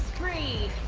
three